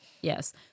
yes